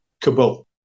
Kabul